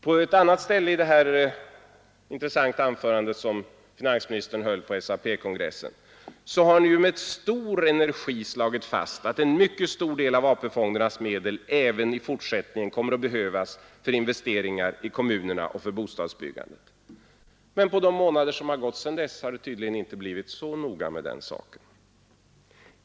På ett annat ställe i det intressanta anförande som finansministern höll på SAP kongressen har han med stor energi slagit fast att en mycket stor del av AP-fondernas medel även i fortsättningen kommer att behövas för investeringar i kommunerna och för bostadsbyggande. Men på de månader som gått sedan det uttalandet gjordes har det tydligen blivit så att det inte längre är så noga med den saken.